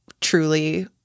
truly